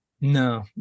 no